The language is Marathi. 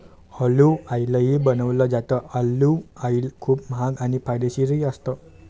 ऑलिव्ह ऑईलही बनवलं जातं, ऑलिव्ह ऑईल खूप महाग आणि फायदेशीरही असतं